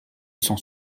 cent